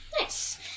Nice